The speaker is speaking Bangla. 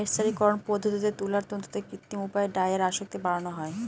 মের্সারিকরন পদ্ধতিতে তুলার তন্তুতে কৃত্রিম উপায়ে ডাইয়ের আসক্তি বাড়ানো হয়